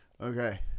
okay